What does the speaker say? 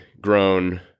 grown